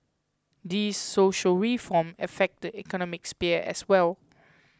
these social reforms affect the economic sphere as well